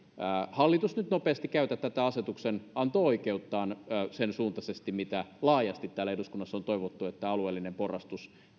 hallitus nyt nopeasti käytä tätä asetuksenanto oikeuttaan sen suuntaisesti mitä laajasti täällä eduskunnassa on toivottu niin että tämä alueellinen porrastus